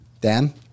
Dan